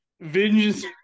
Vengeance